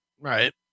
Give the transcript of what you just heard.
right